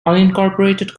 unincorporated